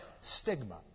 stigma